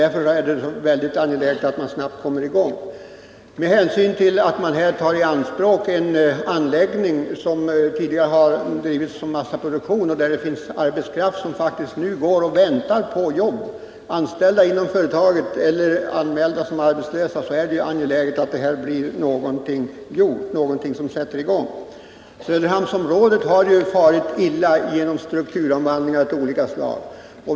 Därför är det mycket angeläget att verksamheten nu snabbt kan startas. Med hänsyn till att man tar i anspråk en anläggning som tidigare har utnyttjats för massaproduktion och att arbetskraft på orten faktiskt går och väntar på jobb — det gäller både anställda inom företaget och personer som är anmälda som arbetslösa — är det angeläget att någon form av verksamhet kan sättas i gång. Söderhamnsområdet har farit illa genom strukturomvandlingar av olika slag.